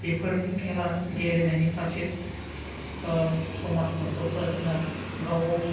बेफोर खेला गेलेनायनि फारसे समाज न'खरफ्रा जोंहा गाव गावनि